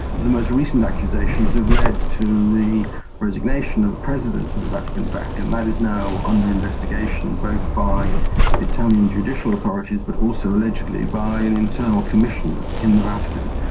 the most recent accusations have led to the resignation of the president of the vatican bank and that is now under investigation both by italian judicial authorities but also allegedly by an internal commissioner in the vatican.